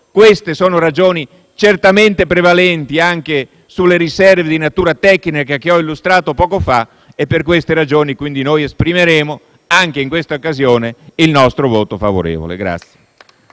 Queste sono ragioni certamente prevalenti anche sulle riserve di natura tecnica che ho illustrato poco fa e per queste ragioni esprimeremo, anche in questa occasione, il nostro voto favorevole.